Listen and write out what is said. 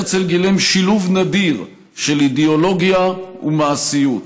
הרצל גילם שילוב נדיר של אידיאולוגיה ומעשיות.